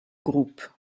groupe